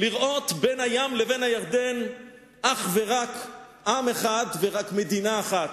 לראות בין הים לבין הירדן אך ורק עם אחד ורק מדינה אחת,